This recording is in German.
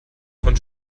von